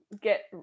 get